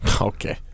okay